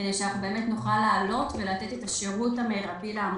כך שאנחנו נוכל לעלות ולתת את השירות המרבי לעמותות.